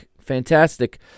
fantastic